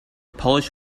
polish